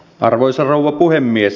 arvoisa rouva puhemies